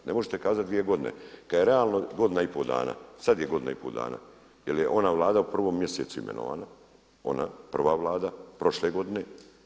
Ne možete kazati dvije godine kad je realno godina i pol dana, sad je godina i pol dana jer je ona Vlada u prvom mjesecu imenovana ona prva Vlada prošle godine.